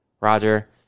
Roger